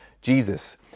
Jesus